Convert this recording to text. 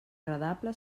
agradable